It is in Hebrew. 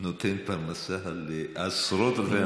נותן פרנסה לעשרות אלפי אנשים.